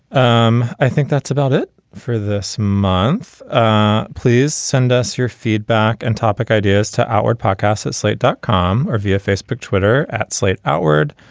um i think that's about it for this month ah please send us your feedback and topic ideas to our podcast at slate dot com or via facebook twitter at slate outward.